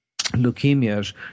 leukemias